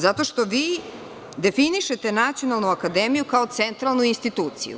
Zato što vi definišete Nacionalnu akademiju kao centralnu instituciju.